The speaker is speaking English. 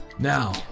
Now